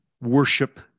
worship